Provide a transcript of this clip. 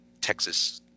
Texas –